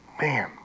man